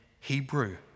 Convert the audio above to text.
Hebrew